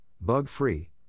bug-free